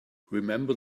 remember